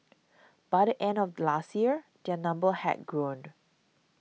by the end of last year their number had grown